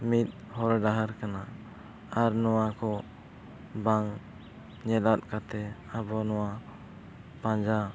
ᱢᱤᱫ ᱦᱚᱨ ᱰᱟᱦᱟᱨ ᱠᱟᱱᱟ ᱟᱨ ᱱᱚᱣᱟ ᱠᱚ ᱵᱟᱝ ᱧᱮᱞ ᱟᱫ ᱠᱟᱛᱮᱫ ᱟᱵᱚ ᱱᱚᱣᱟ ᱯᱟᱸᱡᱟ